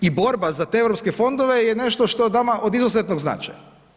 I borba za te europske fondove, je nešto što nama od izuzetnog značaja.